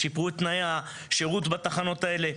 שיפרו את תנאי השירות בתחנות האלה.